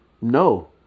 no